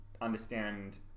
understand